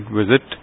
visit